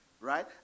right